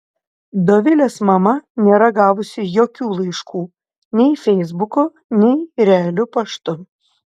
dovilės mama nėra gavusi jokių laiškų nei feisbuku nei realiu paštu